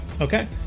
Okay